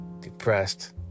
depressed